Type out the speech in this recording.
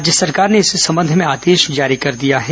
राज्य सरकार ने इस संबंध में आदेश जारी कर दिया है